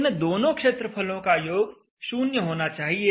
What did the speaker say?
इन दोनों क्षेत्रफलों का योग 0 होना चाहिए